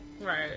Right